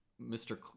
Mr